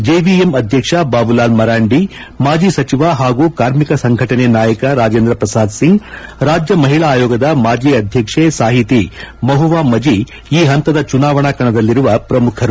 JVM ಅಧ್ಯಕ್ಷ ಬಾಬುಲಾಲ್ ಮರಾಂಡಿ ಮಾಜ ಸಚಿವ ಹಾಗೂ ಕಾರ್ಮಿಕ ಸಂಘಟನೆ ನಾಯಕ ರಾಜೇಂದ್ರ ಪ್ರಸಾದ್ಸಿಂಗ್ ರಾಜ್ಯ ಮಹಿಳಾ ಆಯೋಗದ ಮಾಜಿ ಅಧ್ಯಕ್ಷೆ ಸಾಹಿತಿ ಮಹುವಾ ಮಜಿ ಈ ಹಂತದ ಚುನಾವಣಾ ಕಣದಲ್ಲಿರುವ ಪ್ರಮುಖರು